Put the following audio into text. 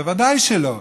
בוודאי שלא.